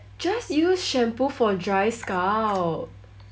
just use shampoo for dry scalp